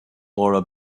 laura